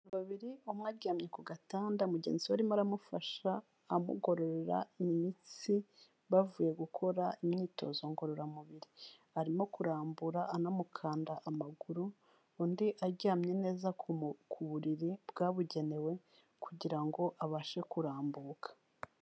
Abantu babiri umwe aryamye ku gatanda, mugenzi we arimo aramufasha amugorora imitsi, bavuye gukora imyitozo ngororamubiri, arimo kurambura anamukanda amaguru, undi aryamye neza ku buriri bwabugenewe, kugira ngo abashe kurambuka.